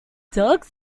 tux